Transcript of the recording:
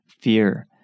fear